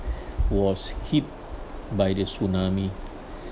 was hit by the tsunami